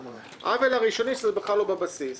שהעוול הראשוני הוא שהיא בכלל לא בבסיס.